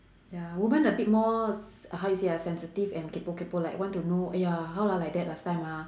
ya woman a bit more s~ how you say ah sensitive and kaypoh kaypoh like want to know !aiya! how lah like that last time ah